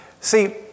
See